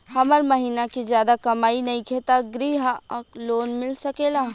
हमर महीना के ज्यादा कमाई नईखे त ग्रिहऽ लोन मिल सकेला?